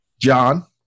John